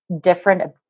different